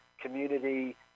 community